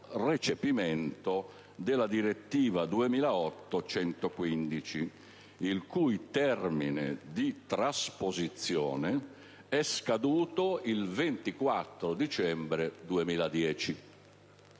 recepimento della direttiva 2008/115/CE, il cui termine di trasposizione è scaduto il 24 dicembre 2010.